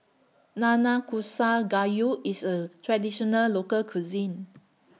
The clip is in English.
Nanakusa Gayu IS A Traditional Local Cuisine